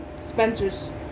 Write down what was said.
spencer's